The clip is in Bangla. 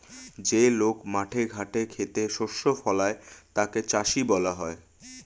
যে লোক মাঠে ঘাটে খেতে শস্য ফলায় তাকে চাষী বলা হয়